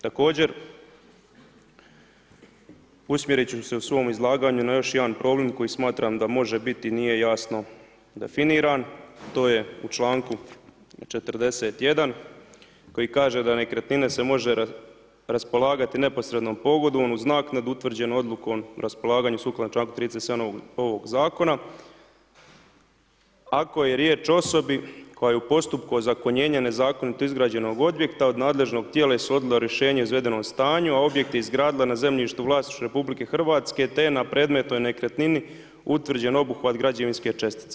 Također usmjerit ću se u svom izlaganju na još jedan problem koji smatram da može biti nije jasno definiran, to je u članku 41. koji kaže da „nekretninom se može raspolagati neposrednom … u znak nad utvrđenom odlukom o raspolaganju sukladno članku 37. ovog zakona ako je riječ o osobi koja je u postupku ozakonjenja nezakonito izgrađenog objekta od nadležnog tijela ishodila rješenje o izvedenom stanju, a objekt je izgradila na zemljištu u vlasništvu RH te je na predmetnoj nekretnini utvrđen obuhvat građevinske čestice.